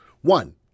One